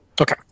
Okay